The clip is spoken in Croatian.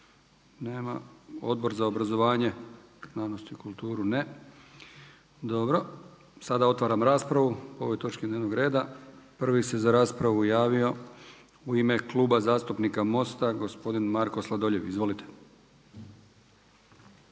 Nema. Odbor za obrazovanje, znanost i kulturu? Ne. Dobro. Sada otvaram raspravu po ovoj točci dnevnog reda. Prvi se za raspravu javio u ime Kluba zastupnika MOST-a gospodin Marko Sladoljev. Izvolite.